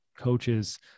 coaches